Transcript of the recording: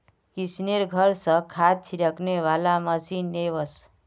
किशनेर घर स खाद छिड़कने वाला मशीन ने वोस